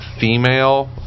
female